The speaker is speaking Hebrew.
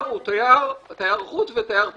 תייר חוץ ותייר פנים.